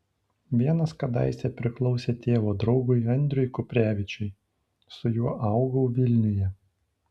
vienas kadaise priklausė tėvo draugui andriui kuprevičiui su juo augau vilniuje